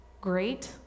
great